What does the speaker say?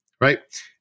right